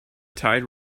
tide